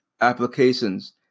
applications